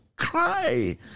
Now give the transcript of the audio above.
cry